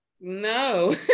No